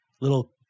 little